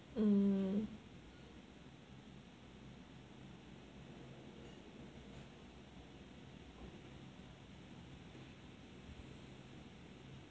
mm